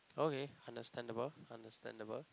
okay understandable understandable